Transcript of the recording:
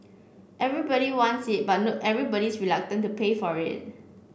everybody wants it but no everybody's reluctant to pay for it